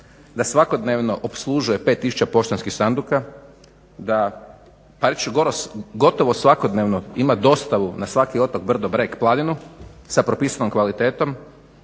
da svakodnevno opslužuje 5 tisuća poštanskih sanduka, da reć ću gotovo svakodnevno ima dostavu na svaki otok, brdo, breg, planinu sa propisanom kvalitetom,